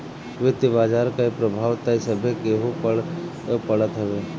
वित्तीय बाजार कअ प्रभाव तअ सभे केहू पअ पड़त हवे